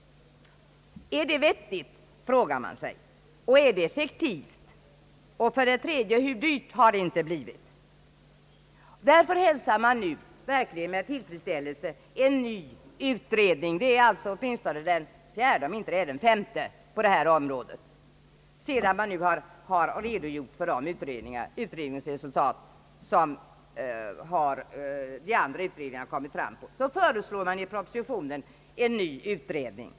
Är det vettigt, frågar man sig. Är det effektivt? Och hur dyrt har det inte blivit? Därför hälsar man nu verkligen med tillfredsställelse en ny stor utredning. Det är åtminstone den fjärde, om det inte är den femte på detta område. Sedan man nu redogjort för de resultat som de andra utredningarna kommit fram till, föreslår man alltså i propositionen en ny utredning.